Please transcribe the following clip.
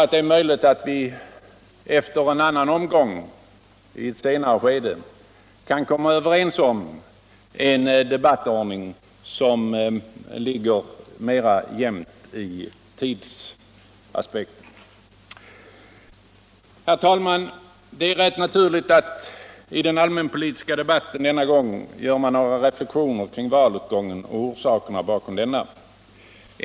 Det är dock möjligt att vi vid kommande förhandlingar kan bli överens om en debattordning som ger en mer jämn fördelning av debattiden. Herr valman! Det är rätt naturligt att i den allmänpohtuska debatten denna gång göra några reflexioner kring valutgången och orsakerna bakom denna.